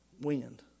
Wind